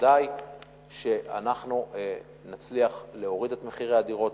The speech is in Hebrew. ודאי שאנחנו נצליח להוריד את מחירי הדירות,